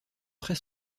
très